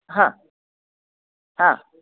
हां हां